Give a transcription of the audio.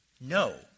no